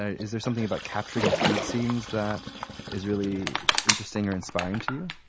ah is there something about capturing the food scenes that is really interesting or inspiring to you?